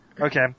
Okay